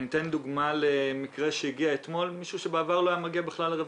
אני אתן דוגמה למקרה מאתמול שבעבר לא היה מגיע למשרד.